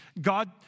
God